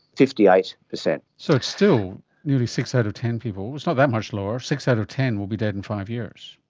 fifty eight percent so it's still nearly six out of ten people, it's not that much lower, six out of ten will be dead in five years.